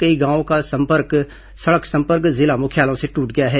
कई गांवों का सड़क संपर्क जिला मुख्यालयों से टूट गया है